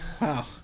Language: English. Wow